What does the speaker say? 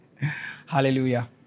Hallelujah